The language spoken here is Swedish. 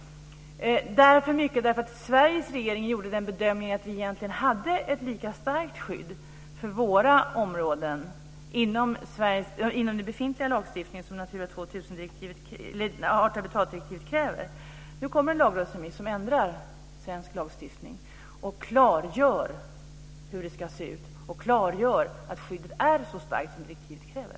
Sveriges regering gjorde den bedömningen att vi egentligen hade ett lika starkt skydd för våra områden inom den befintliga lagstiftningen som art och habitatdirektivet kräver. Nu kommer en lagrådsremiss som ändrar svensk lagstiftning, klargör hur det ska se ut och klargör att skyddet är så starkt som direktivet kräver.